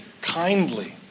kindly